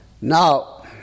Now